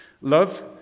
Love